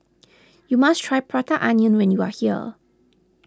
you must try Prata Onion when you are here